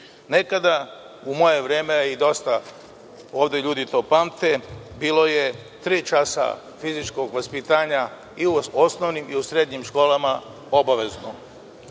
Nekada, u moje vreme, i dosta ljudi to pamti, bilo je tri časa fizičkog vaspitanja i u osnovnim i u srednjim školama obavezno. Kada